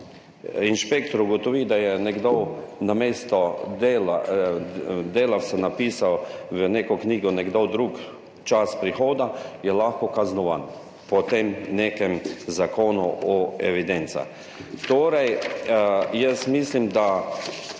Inšpektor ugotovi, da je nekdo namesto delavca napisal v neko knjigo drug čas prihoda in je lahko kaznovan po tem nekem zakonuo evidencah.